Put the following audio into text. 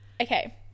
okay